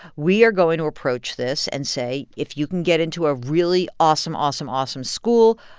we are going to approach this and say, if you can get into a really awesome, awesome, awesome school,